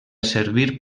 servir